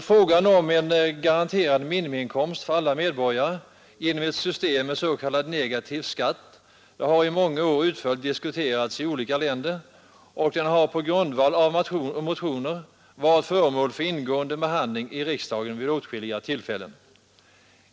Frågan om en garanterad minimiinkomst för alla medborgare genom ett system med s.k. negativ skatt har i många år utförligt debatterats i olika länder, och den har på grundval av motioner varit föremål för ingående behandling i riksdagen vid åtskilliga tillfällen.